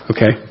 Okay